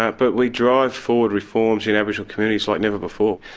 ah but we drive forward reforms in aboriginal communities like never before.